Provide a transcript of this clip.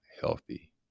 healthy